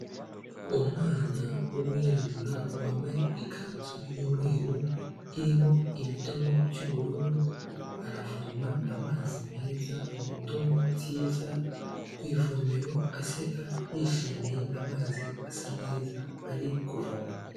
Umwana w'umwirabura wambaye ikanzu y'umweru irimo ibidomo by'ubururu, aravoma amazi meza mu ndobo nziza ku ivomero aseka, yishimiye amazi asa neza ari kuvoma.